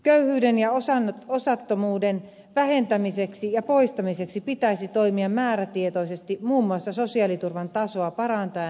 köyhyyden ja osattomuuden vähentämiseksi ja poistamiseksi pitäisi toimia määrätietoisesti muun muassa sosiaaliturvan tasoa parantaen ja kehittäen